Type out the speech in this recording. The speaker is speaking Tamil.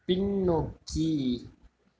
பின்னோக்கி